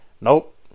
Nope